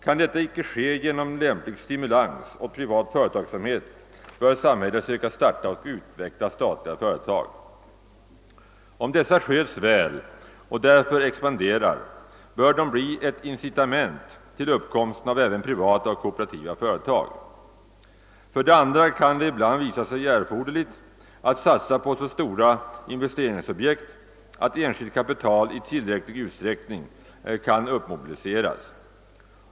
Kan detta icke ske genom lämplig stimulans åt privat företagsamhet, bör samhället söka starta och utveckla statliga företag. Om dessa sköts väl och därför expanderar, bör de bli ett incitament till uppkomsten av även privata och kooperativa företag. För det andra kan det ibland visa sig erforderligt att satsa på så stora investeringsobjekt att enskilt kapital i tillräcklig utsträckning icke kan uppmobiliseras.